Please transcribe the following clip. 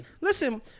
listen